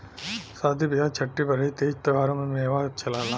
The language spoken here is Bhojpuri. सादी बिआह छट्ठी बरही तीज त्योहारों में मेवा चलला